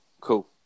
cool